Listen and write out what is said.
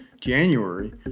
January